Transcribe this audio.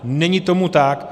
Není tomu tak.